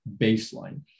baseline